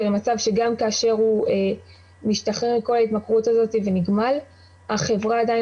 למצב שגם כאשר הוא משתחרר מכל ההתמכרות הזאת ונגמל החברה עדיין